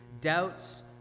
doubts